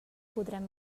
podrem